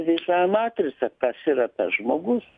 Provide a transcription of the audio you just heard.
visą matricą kas yra tas žmogus